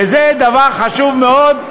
וזה דבר חשוב מאוד,